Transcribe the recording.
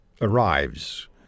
arrives